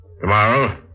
Tomorrow